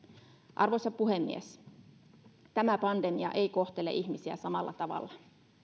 arvoisa puhemies tämä pandemia ei kohtele ihmisiä samalla tavalla